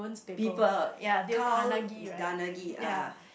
people tell Karl-Donaghy